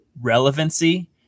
relevancy